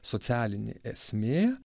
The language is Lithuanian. socialinė esmė